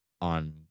on